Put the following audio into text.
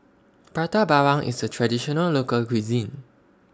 Prata Bawang IS A Traditional Local Cuisine